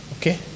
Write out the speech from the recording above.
Okay